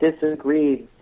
disagreed